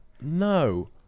No